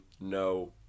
no